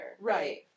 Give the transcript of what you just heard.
Right